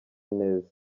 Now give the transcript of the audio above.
neza